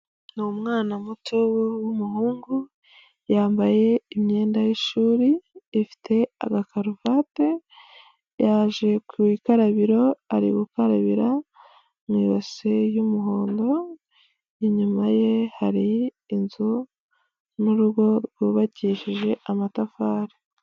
Ni umwana muto w'umuhungu, yambaye imyenda y'ishuri ifite agakaruvati, yaje ku ikarabiro ari gukarabira mu ibase y'umuhondo, inyuma ye hari inzu n'urugo rwubakishije amatafari.